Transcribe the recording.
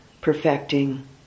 perfecting